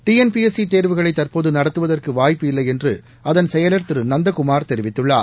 D N P S C தேர்வுகளை தற்போது நடத்துவதற்கு வாய்ப்பு இல்லை என்று அதன் செயலா் திரு நந்தகுமார் தெரிவித்துள்ளார்